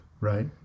Right